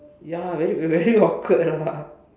ya very very very awkward lah